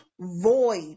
void